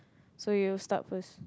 so you start first